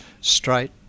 straight